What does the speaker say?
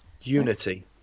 Unity